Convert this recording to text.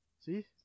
See